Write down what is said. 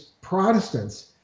Protestants